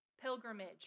pilgrimage